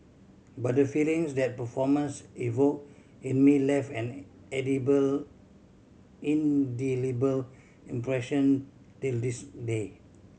but the feelings that performance evoke in me left an indelible impression till this day